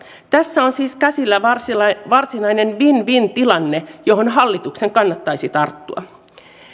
tässä on siis käsillä varsinainen varsinainen win win tilanne johon hallituksen kannattaisi tarttua